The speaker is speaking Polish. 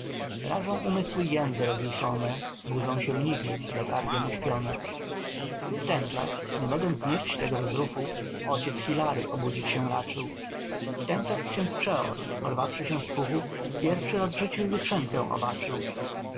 rażą umysły jędze rozjuszone budzą się mnichy letargiem uśpione wtenczas nie mogąc znieść tego rozruchu ojciec hilary obudzić się raczył wtenczas xiądz przeor porwawszy się z puchu pierwszy raz w życiu jutrzenkę obaczył